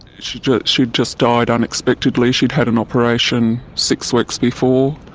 she'd just she'd just died unexpectedly. she'd had an operation six weeks before.